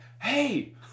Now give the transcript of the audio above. hey